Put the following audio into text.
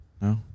No